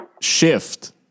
shift